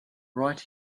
right